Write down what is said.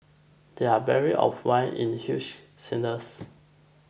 there barrels of wine in the huge cellars